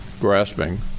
grasping